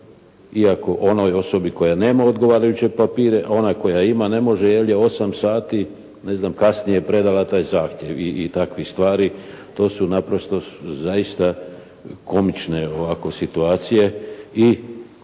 iako onoj osobi koja nema odgovarajuće papire, ona koja ima ne može jer je 8 sati ne znam kasnije predala taj zahtjev i takvih stvari. To su naprosto zaista komične ovako situacije